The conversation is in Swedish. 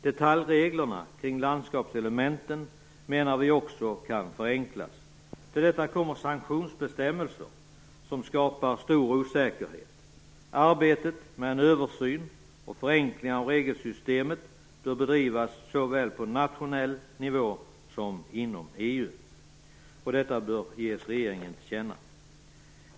Detaljreglerna kring landskapselementen menar vi också kan förenklas. Till detta kommer sanktionsbestämmelser som skapar stor osäkerhet. Arbetet med en översyn och med förenklingar av regelsystemet bör bedrivas på såväl nationell nivå som inom EU. Detta bör ges regeringen till känna.